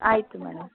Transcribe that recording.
ಆಯಿತು ಮೇಡಮ್